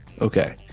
Okay